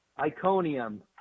Iconium